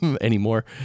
anymore